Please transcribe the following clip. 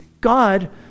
god